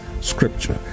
scripture